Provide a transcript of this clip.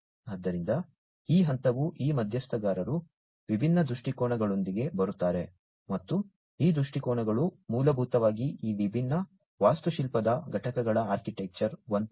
ಆದ್ದರಿಂದ ಈ ಹಂತವು ಈ ಮಧ್ಯಸ್ಥಗಾರರು ವಿಭಿನ್ನ ದೃಷ್ಟಿಕೋನಗಳೊಂದಿಗೆ ಬರುತ್ತಾರೆ ಮತ್ತು ಈ ದೃಷ್ಟಿಕೋನಗಳು ಮೂಲಭೂತವಾಗಿ ಈ ವಿಭಿನ್ನ ವಾಸ್ತುಶಿಲ್ಪದ ಘಟಕಗಳ ಆರ್ಕಿಟೆಕ್ಚರ್ 1